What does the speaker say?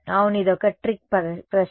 అవును ఇది ఒక ట్రిక్ ప్రశ్న